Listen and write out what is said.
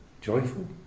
Joyful